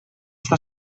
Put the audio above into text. està